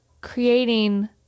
creating